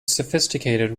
sophisticated